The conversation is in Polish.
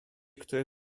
który